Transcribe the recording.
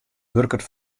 wurket